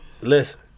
Listen